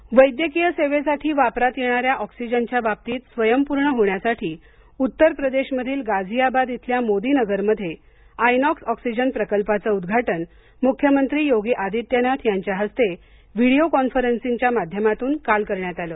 oxygen वैद्यकीय सेवेसाठी वापरांत येणारा ऑक्सिजनच्या बाबतीत स्वयंपूर्ण होण्यासाठी उत्तर प्रदेशमधील गाझियाबाद इथल्या मोदीनगरमध्ये आयनॉक्स ऑक्सिजन प्रकल्पाचं उद्घाटन मुख्यमंत्री योगी आदित्यनाथ यांच्या हस्ते व्हिडीओ कॉन्फरंसिंगच्या माध्यमातून करण्यात आलं